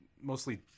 mostly